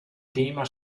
tema